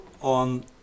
on